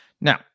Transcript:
Now